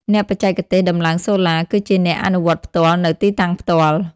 អ្នកបច្ចេកទេសដំឡើងសូឡា គឺជាអ្នកអនុវត្តផ្ទាល់នៅទីតាំងផ្ទាល់។